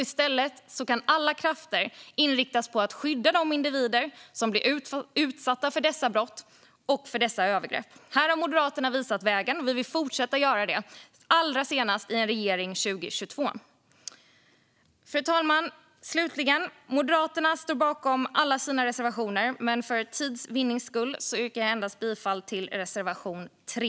I stället kan alla krafter inriktas på att skydda de individer som blir utsatta för dessa brott och övergrepp. Moderaterna har här visat vägen, och vi vill fortsätta göra det, allra senast i en regering 2022. Fru talman! Moderaterna står slutligen bakom alla sina reservationer men för tids vinnande yrkar jag bifall endast till reservation 3.